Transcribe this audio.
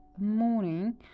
morning